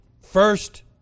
first